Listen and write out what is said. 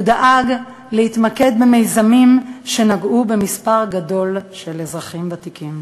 והוא דאג להתמקד במיזמים שנגעו במספר גדול של אזרחים ותיקים.